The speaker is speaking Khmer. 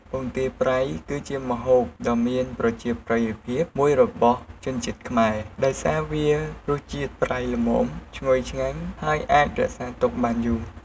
ពងទាប្រៃ គឺជាម្ហូបដ៏មានប្រជាប្រិយភាពមួយរបស់ជនជាតិខ្មែរ ដោយសារវារសជាតិប្រៃល្មម ឈ្ងុយឆ្ងាញ់ ហើយអាចរក្សាទុកបានយូរ។